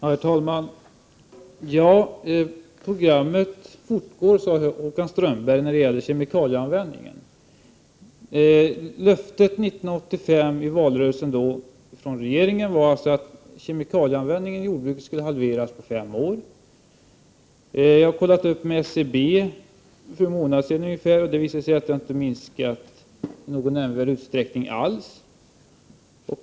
Herr talman! Programmet fortgår, sade Håkan Strömberg, när det gäller kemikalieanvändningen. Löftet från regeringen i valrörelsen 1985 var att kemikalieanvändningen i jordbruket skulle halveras på fem år. Jag har kollat upp med SCB för ungefär en månad sedan, och det visar sig att den inte har minskat i någon nämnvärd utsträckning alls.